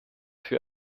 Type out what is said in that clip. für